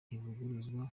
ntivuguruzwa